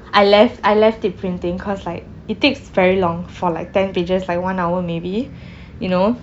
I left I left it printing cause like it takes very long for like ten pages like one hour maybe you know